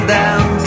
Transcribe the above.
down